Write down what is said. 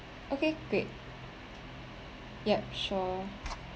okay great yup sure